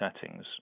settings